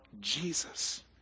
Jesus